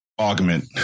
augment